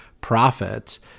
profits